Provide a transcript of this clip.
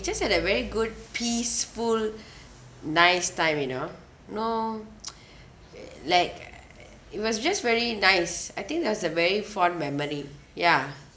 just had a very good peaceful nice time you know no like err it was just very nice I think that was a fond memory ya